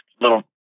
little